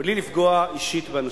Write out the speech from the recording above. בלי לפגוע אישית באנשים.